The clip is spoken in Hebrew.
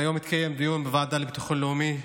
היום התקיים דיון בוועדה לביטחון לאומי,